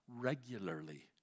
regularly